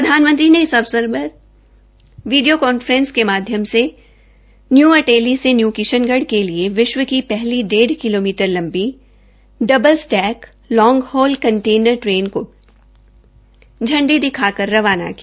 प्रधानमंत्री ने इस अवसर पर वीडियो कांफ्रेस के माध्यम से न्यू अटेली से न्यू किशनगढ़ के लिए विश्व की पहली डेढ़ किलोमीटर लंबी double stack long haul container train को भी झंडी दिखाकर रवाना किया